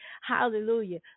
Hallelujah